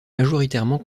majoritairement